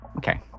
Okay